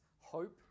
hope